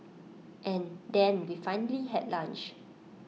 and then we finally had lunch